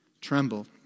tremble